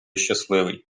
щасливий